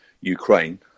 Ukraine